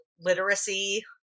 literacy